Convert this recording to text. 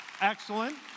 Excellent